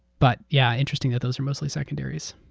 but yeah interesting that those are mostly secondaries.